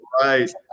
right